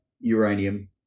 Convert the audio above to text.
uranium